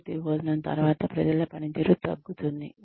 పూర్తి భోజనం తర్వాత ప్రజల పనితీరు తగ్గుతుంది